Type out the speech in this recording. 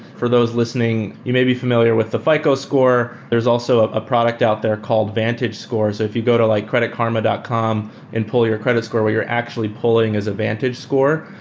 for those listening, you may be familiar with the fico score. there's also ah a product out there called vantagescores. if you go to like creditkarma dot com and pull your credit score, what you're actually pulling is a vantagescore.